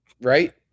Right